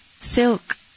Silk